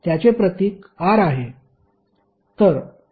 त्याचे प्रतीक R आहे